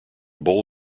bowl